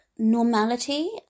normality